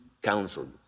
Counsel